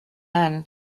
hand